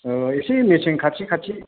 इसे मेसें खाथि खाथि